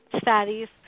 studies